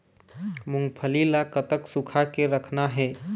मूंगफली ला कतक सूखा के रखना हे?